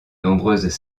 nombreuses